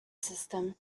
system